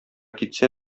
китсә